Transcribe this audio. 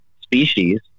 species